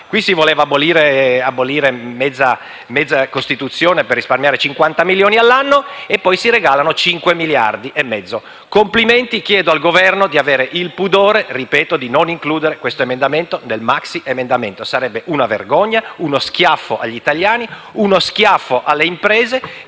Qui si voleva abolire mezza Costituzione per risparmiare 50 milioni di euro all'anno e poi si regalano 5 miliardi e mezzo. Complimenti: chiedo al Governo di avere il pudore - ripeto - di non includere quest'emendamento nel maxiemendamento: sarebbe una vergogna e uno schiaffo agli italiani, nonché alle imprese